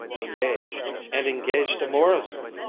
engaged. and engaged to morrison!